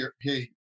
hey